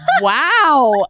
wow